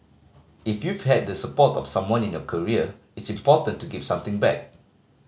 if you've had the support of someone in your career it's important to give something back